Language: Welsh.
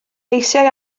eisiau